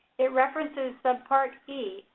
it references subpart e,